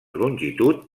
longitud